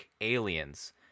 aliens